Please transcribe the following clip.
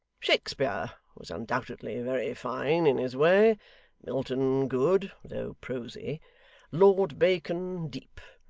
shakespeare was undoubtedly very fine in his way milton good, though prosy lord bacon deep,